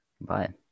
Bye